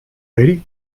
lady